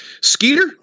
Skeeter